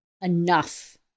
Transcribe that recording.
enough